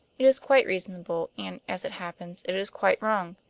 it is quite reasonable, and, as it happens, it is quite wrong.